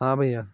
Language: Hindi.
हाँ भैया